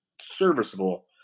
serviceable